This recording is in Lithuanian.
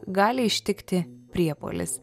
gali ištikti priepuolis